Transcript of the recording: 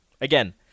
Again